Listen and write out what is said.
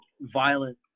violent